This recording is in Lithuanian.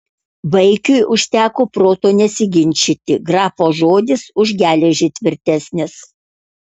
vaikiui užteko proto nesiginčyti grafo žodis už geležį tvirtesnis